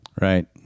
Right